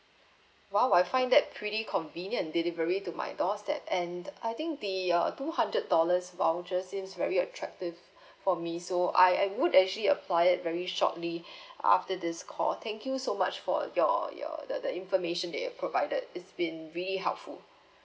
!wow! I find that pretty convenient delivery to my doorstep and I think the uh two hundred dollars voucher seems very attractive for me so I I would actually apply it very shortly after this call thank you so much for your your the the information that you've provided it's been really helpful